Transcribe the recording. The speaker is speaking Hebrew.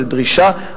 זו דרישה,